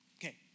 Okay